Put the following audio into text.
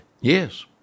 Yes